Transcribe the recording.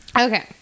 Okay